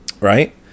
right